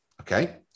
okay